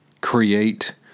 create